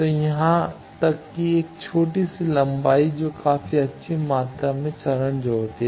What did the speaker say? तो यहां तक कि एक छोटी सी लंबाई जो काफी अच्छी मात्रा में चरण जोड़ती है